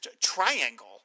triangle